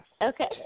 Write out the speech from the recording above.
Okay